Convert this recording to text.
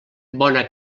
bona